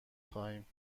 خواهیم